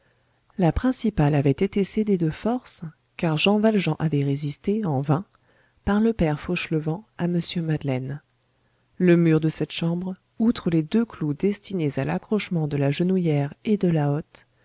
la principale avait été cédée de force car jean valjean avait résisté en vain par le père fauchelevent à mr madeleine le mur de cette chambre outre les deux clous destinés à l'accrochement de la genouillère et de la hotte